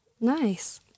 Nice